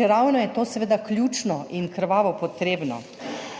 čeravno je to seveda ključno in krvavo potrebno,